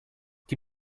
die